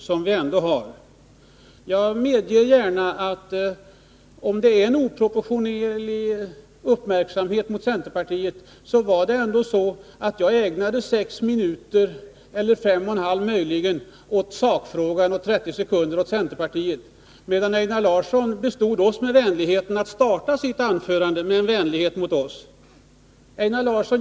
Einar Larsson må tycka att vi ägnar centerpartiet en oproportionerligt stor uppmärksamhet. Men jag ägnade i mitt anförande 5,5 minuter åt sakfrågan och möjligen 30 sekunder åt centerpartiet. Einar Larsson däremot gladde oss genom att starta sitt anförande med en vänlighet mot oss.